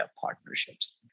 partnerships